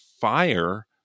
fire